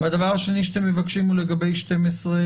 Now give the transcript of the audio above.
והדבר השני שאתם מבקשים הוא לגבי 12(ה),